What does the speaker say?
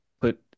put